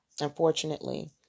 unfortunately